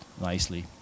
nicely